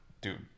dude